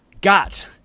Got